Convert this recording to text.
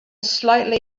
slightly